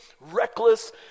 reckless